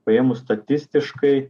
paėmus statistiškai